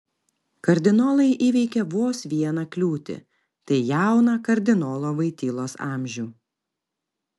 kardinolai įveikė vos vieną kliūtį tai jauną kardinolo voitylos amžių